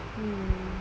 mm